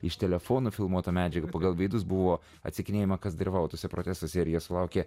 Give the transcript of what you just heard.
iš telefonų filmuotą medžiagą pagal vidus buvo atsakinėjama kas dirvonuose protestų serija sulaukė